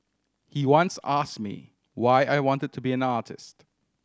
he once ask me why I wanted to be an artist